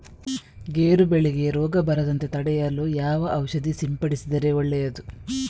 ಗೇರು ಬೆಳೆಗೆ ರೋಗ ಬರದಂತೆ ತಡೆಯಲು ಯಾವ ಔಷಧಿ ಸಿಂಪಡಿಸಿದರೆ ಒಳ್ಳೆಯದು?